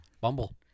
Bumble